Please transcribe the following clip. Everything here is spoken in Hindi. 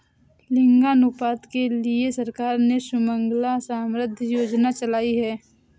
लिंगानुपात के लिए सरकार ने सुकन्या समृद्धि योजना चलाई है